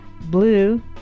Blue